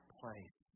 place